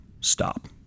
stop